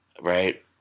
Right